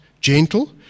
gentle